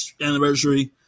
anniversary